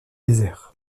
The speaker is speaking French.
désert